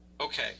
okay